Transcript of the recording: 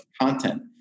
content